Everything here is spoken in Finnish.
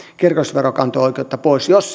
kirkollisveronkanto oikeutta pois jos